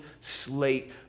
slate